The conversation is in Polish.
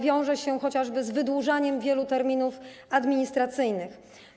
Wiążą się one chociażby z wydłużeniem wielu terminów administracyjnych.